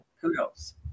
kudos